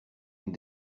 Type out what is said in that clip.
une